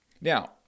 Now